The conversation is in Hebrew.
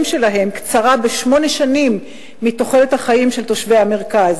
שלהם קצרה בשמונה שנים מתוחלת החיים של תושבי המרכז.